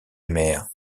mère